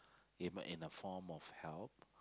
even in the form of help